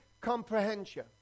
comprehension